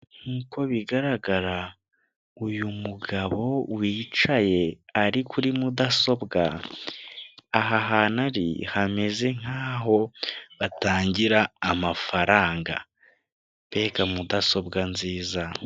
Nk'uko bigaragara, uyu mugabo wicaye ari kuri mudasobwa, aha hantu ari hameze nk'aho batangira amafaranga. Mbega mudasobwa nziza!